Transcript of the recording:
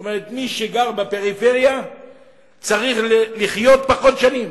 זאת אומרת, מי שגר בפריפריה צריך לחיות פחות שנים,